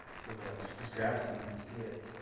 so but just grab some if you see it.